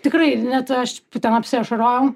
tikrai net aš apsiašarojau